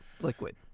liquid